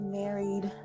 married